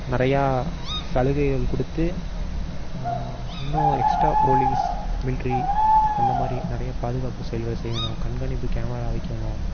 நிறையா சலுகைகள் கொடுத்து இன்னும் எக்ஸ்ட்டா போலீஸ் மில்ட்ரி அந்த மாதிரி நிறைய பாதுகாப்பு செயல்களை செய்யணும் கண்காணிப்பு கேமரா வைக்கணும்